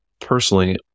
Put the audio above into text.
personally